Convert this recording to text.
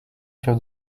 się